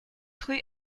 rue